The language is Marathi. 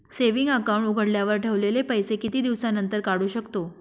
सेविंग अकाउंट उघडल्यावर ठेवलेले पैसे किती दिवसानंतर काढू शकतो?